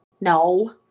No